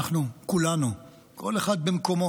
אנחנו כולנו, כל אחד במקומו,